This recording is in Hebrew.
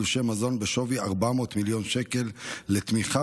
תלושי מזון בשווי של 400 מיליון שקל לתמיכה